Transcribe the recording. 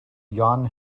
jan